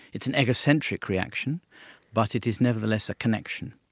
it's an egocentric reaction but it is nevertheless a connection.